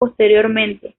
posteriormente